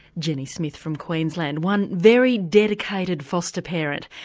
jenny smith from queensland, one very dedicated foster parent.